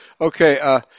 Okay